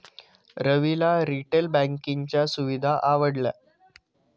रविला रिटेल बँकिंगच्या सुविधा आवडल्या